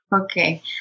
Okay